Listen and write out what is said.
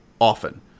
often